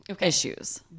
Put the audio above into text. issues